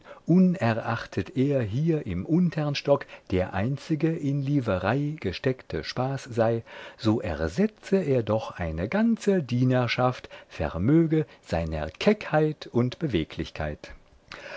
unerachtet er hier im untern stock der einzige in liverei gesteckte spaß sei so ersetze er doch eine ganze dienerschaft vermöge seiner keckheit und beweglichkeit